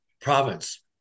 province